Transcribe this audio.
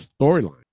storyline